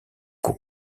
aux